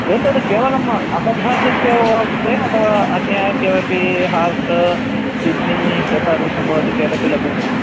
एतद् केवलम् अपघातस्य मदते अथवा अन्य किमपि हार्ट् किड्नी एतादृशं भवति चेदपि लभ्यते वा